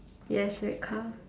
yes red colour